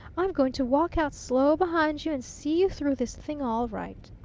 i'm going to walk out slow behind you and see you through this thing all right.